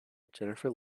jennifer